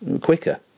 quicker